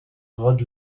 rod